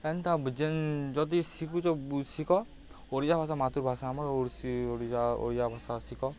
ଏନ୍ତା ଯେନ୍ ଯଦି ଶିଖୁଛ ଶିଖ ଓଡ଼ିଆ ଭାଷା ମାତୃଭାଷା ଆମର ଓଡ଼ିଆ ଭାଷା ଶିଖ